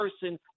person